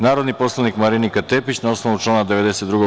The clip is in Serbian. Narodni poslanik Marinika Tepić, na osnovu člana 92.